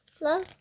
love